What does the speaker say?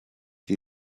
die